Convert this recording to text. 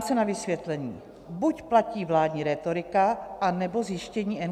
Ptám se na vysvětlení buď platí vládní rétorika, anebo zjištění NKÚ.